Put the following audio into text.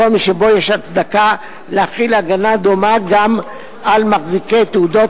מקום שבו יש הצדקה להחיל הגנה דומה גם על מחזיקי תעודות